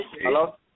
Hello